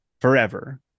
Forever